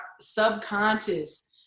subconscious